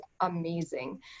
amazing